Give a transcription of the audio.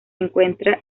encuentra